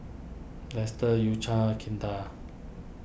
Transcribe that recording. Dester U Cha Kinder